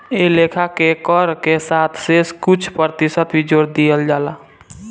कए लेखा के कर के साथ शेष के कुछ प्रतिशत भी जोर दिहल जाला